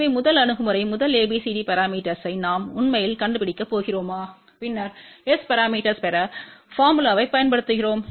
எனவே முதல் அணுகுமுறை முதல் ABCD பரமீட்டர்ஸ்வை நாம் உண்மையில் கண்டுபிடிக்கப் போகிறோமா பின்னர் S பரமீட்டர்ஸ் பெற போர்முலாகளைப் பயன்படுத்துகிறோம்